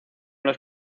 los